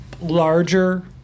larger